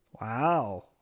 Wow